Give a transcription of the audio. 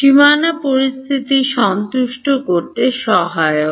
সীমানা পরিস্থিতি সন্তুষ্ট করতে সহায়ক